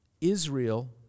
Israel